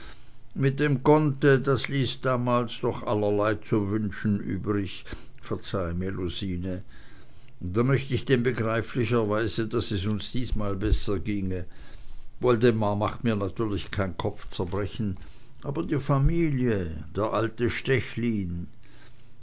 mit dem conte das ließ damals allerlei zu wünschen übrig verzeih melusine da möcht ich denn begreiflicherweise daß es uns diesmal besser ginge woldemar macht mir natürlich kein kopfzerbrechen aber die familie der alte stechlin